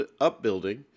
upbuilding